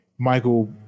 Michael